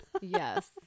yes